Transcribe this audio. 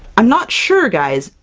i'm not sure guys.